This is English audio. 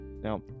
now